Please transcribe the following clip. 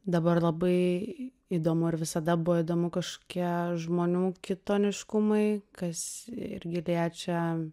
dabar labai įdomu ir visada buvo įdomu kažkokie žmonių kitoniškumai kas irgi liečia